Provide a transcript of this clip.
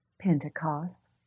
Pentecost